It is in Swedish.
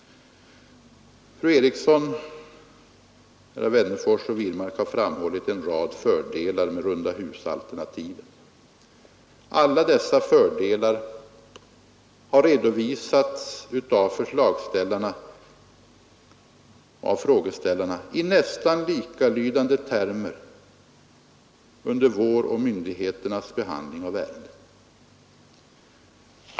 Fru Eriksson i Stockholm samt herrar Wennerfors och Wirmark har framhållit en rad fördelar med rundahusalternativet. Alla dessa fördelar har redovisats av förslagsställarna i nästan likalydande termer under vår och myndigheternas behandling av ärendet.